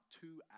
two